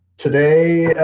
today